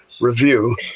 Review